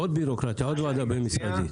עוד בירוקרטיה, עוד ועדה בין-משרדית.